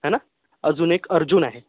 आहे ना अजून एक अर्जुन आहे